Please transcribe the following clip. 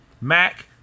MAC